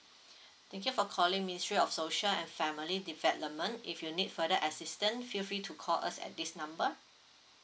thank you for calling ministry of social and family development if you need further assistant feel free to call us at this number